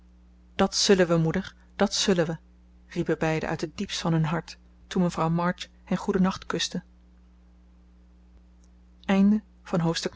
dat zullen we moeder dat zullen we riepen beiden uit het diepst van hun hart toen mevrouw march hen goeden nacht kuste hoofdstuk